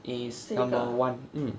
it's number one